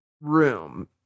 room